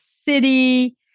city